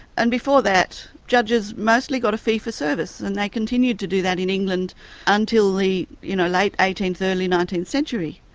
and before that judges mostly got a fee for service. and they continued to do that in england until the you know late eighteenth, early nineteenth century.